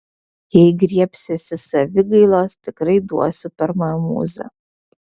jei griebsiesi savigailos tikrai duosiu per marmūzę